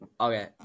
Okay